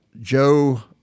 Joe